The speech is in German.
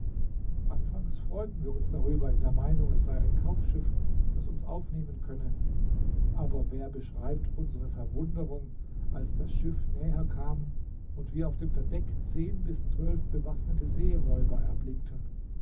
anfangs freuten wir uns darüber in der meinung es sei ein kaufschiff das uns aufnehmen könne aber wer beschreibt unsere verwunderung als das schiff näher kam und wir auf dem verdeck zehn bis zwölf bewaffnete seeräuber erblickten